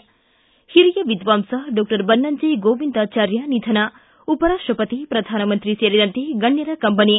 ಿ ಹಿರಿಯ ವಿದ್ವಾಂಸ ಡಾಕ್ಷರ್ ಬನ್ನಂಜೆ ಗೋವಿಂದಾಚಾರ್ಯ ನಿಧನ ಉಪರಾಷ್ಷಪತಿ ಶ್ರಧಾನಮಂತ್ರಿ ಸೇರಿದಂತೆ ಗಣ್ಣರ ಕಂಬನಿ